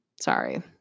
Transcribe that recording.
sorry